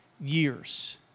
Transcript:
years